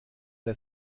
der